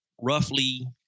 roughly